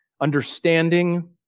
Understanding